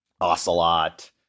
Ocelot